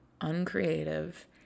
uncreative